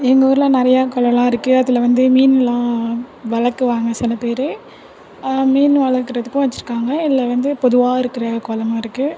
எங்கள் ஊரில் நிறையா குளம்லாம் இருக்குது அதில் வந்து மீன்லாம் வளர்க்குவாங்க சில பேரு மீன் வளர்க்குறதுக்கும் வச்சிருக்காங்க இதில் வந்து பொதுவாக இருக்கிற குளமும் இருக்குது